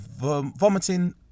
vomiting